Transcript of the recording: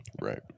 Right